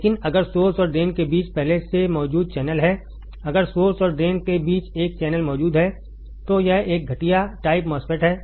लेकिन अगर सोर्स और ड्रेन के बीच पहले से मौजूद चैनल है अगर सोर्स और ड्रेन के बीच एक चैनल मौजूद है तो यह एक घटिया टाइप MOSFET है